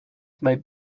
made